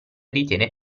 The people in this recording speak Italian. ritiene